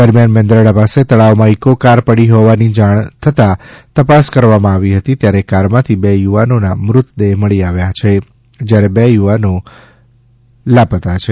દરમિયાન મેંદરડા પાસે તળાવમાં ઇકો કાર પડી હોવાની જાણ થતાં ત્યાં તપાસ કરવામાં આવી હતી ત્યારે કારમાંથી બે યુવાનોના મૃતદેહ મળી આવ્યા છે જ્યારે બીજા બે યુવાનો લાપતા છે